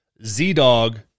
Z-Dog